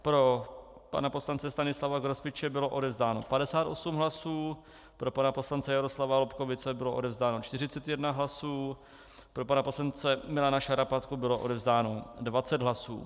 Pro pana poslance Stanislava Grospiče bylo odevzdáno 58 hlasů, pro pana poslance Jaroslava Lobkowicze bylo odevzdáno 41 hlasů, pro pana poslance Milana Šarapatku bylo odevzdáno 20 hlasů.